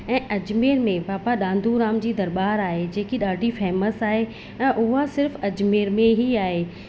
ऐं अजमेर में बाबा दांडू राम जी दरबार आहे जेकी ॾाढी फेमस आहे ऐं हूअ सिर्फ़ु अजमेर में ई आहे